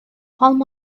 palm